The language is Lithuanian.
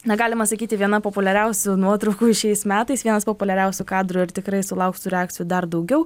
na galima sakyti viena populiariausių nuotraukų šiais metais vienas populiariausių kadrų ir tikrai sulauks tų reakcijų dar daugiau